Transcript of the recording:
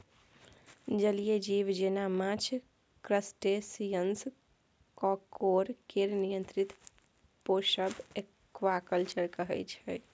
जलीय जीब जेना माछ, क्रस्टेशियंस, काँकोर केर नियंत्रित पोसब एक्वाकल्चर कहय छै